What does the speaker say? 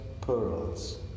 pearls